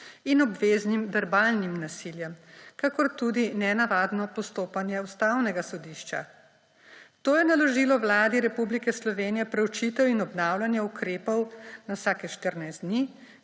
in obveznim verbalnim nasiljem, kakor tudi nenavadno postopanje Ustavnega sodišča. To je naložilo Vladi Republike Slovenije proučitev in obnavljanje ukrepov na vsakih 14 dni,